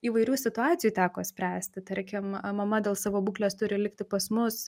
įvairių situacijų teko spręsti tarkim mama dėl savo būklės turi likti pas mus